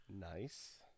Nice